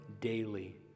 daily